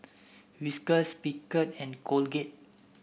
Whiskas Picard and Colgate